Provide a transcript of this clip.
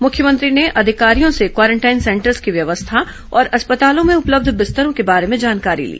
मुख्यमंत्री ने अधिकारियों से क्वारेंटीन सेंटर्स की व्यवस्था और अस्पतालों में उपलब्य बिस्तरों के बारे में जानकारी ली